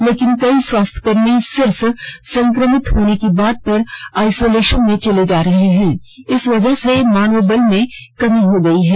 लेकिन कई स्वास्थ्यकर्मी सिर्फ संक्रमित होने की बात पर आइसोलेशन मे चले जा रहे है इस वजह से मानव बल की कमी हो गई है